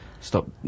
Stop